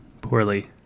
poorly